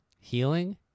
healing